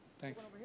Thanks